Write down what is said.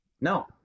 No